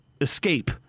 escape